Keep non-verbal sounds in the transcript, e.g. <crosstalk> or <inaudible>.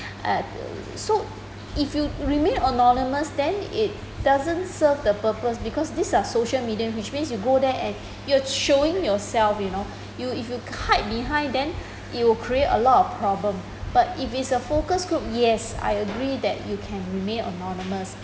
<breath> uh uh so if you remain anonymous then it doesn't serve the purpose because these are social medium which means you go there and <breath> you're showing yourself you know <breath> you if you hide behind then <breath> it will create a lot of problem <breath> but if it's a focus group yes I agree that you can remain anonymous